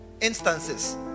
instances